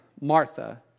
Martha